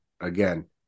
again